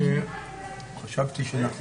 חשבתי שאנחנו